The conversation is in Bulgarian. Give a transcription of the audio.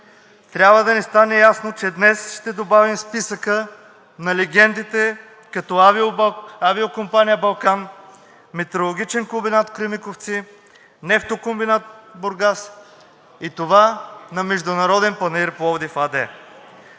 трябва да ни стане ясно, че днес ще добавим в списъка на легендите, като Авиокомпания „Балкан“, Метеорологичен комбинат „Кремиковци“, Нефтокомбинат „Бургас“ и това на „Международен панаир – Пловдив“ АД.